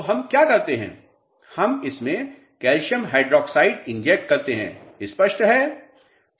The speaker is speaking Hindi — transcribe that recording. तो हम क्या करते हैं आप इसमें कैल्शियम हाइड्रॉक्साइड इंजेक्ट करते हैं स्पष्ट है